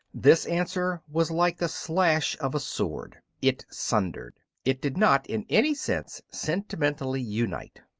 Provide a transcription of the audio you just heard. this answer was like the slash of a sword it sundered it did not in any sense sentimentally unite.